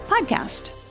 podcast